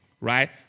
right